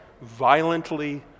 violently